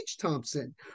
Thompson